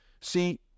See